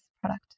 product